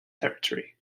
territory